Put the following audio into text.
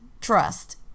Trust